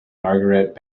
margaret